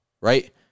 Right